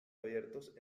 abiertos